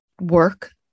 work